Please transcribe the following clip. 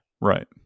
Right